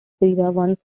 once